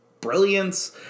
brilliance